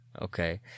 Okay